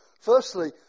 Firstly